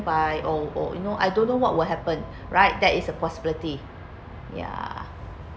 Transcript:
by or or you know I don't know what will happen right that is a possibility ya